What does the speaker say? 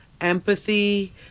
empathy